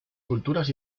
culturas